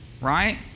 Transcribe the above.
right